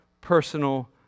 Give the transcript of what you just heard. personal